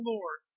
Lord